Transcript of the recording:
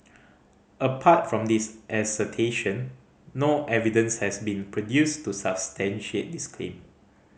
apart from this assertion no evidence has been produced to substantiate this claim